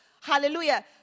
Hallelujah